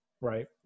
right